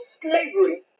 slavery